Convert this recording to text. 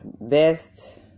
best